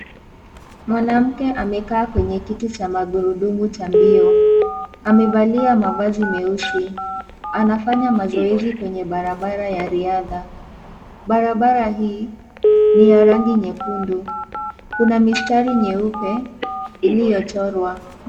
Mwanamke amekaa kwenye kiti cha magurudumu cha mbio. Amevalia mavazi meusi. Anafanya mazoezi kwenye barabara ya riadha. Barabara hii ni ya rangi nyekundu kuna mistari nyeupe iliyochorwa.